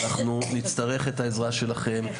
אנחנו נצטרך את העזרה שלכם,